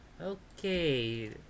Okay